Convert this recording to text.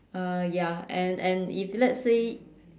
uh ya and and if let's say